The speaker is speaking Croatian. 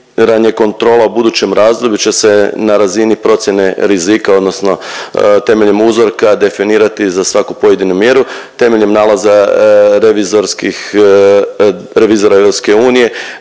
kontrola u budućem razdoblju će se na razini procjene rizika odnosno temeljem uzorka definirati za svaku pojedinu mjeru temeljem nalaza revizorski,